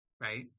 right